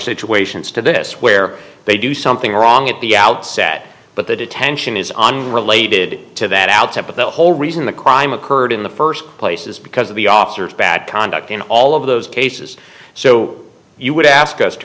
situations to this where they do something wrong at the outset but the detention is unrelated to that outfit but the whole reason the crime occurred in the first place is because of the officers bad conduct in all of those cases so you would ask us to